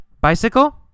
bicycle